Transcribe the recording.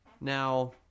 Now